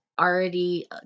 already